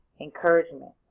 encouragement